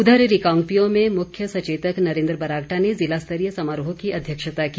उधर रिकांगपिओ में मुख्य सचेतक नरेंद्र बरागटा ने जिला स्तरीय समारोह की अध्यक्षता की